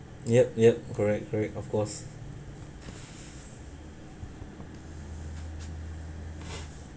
yup yup correct correct of course